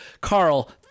Carl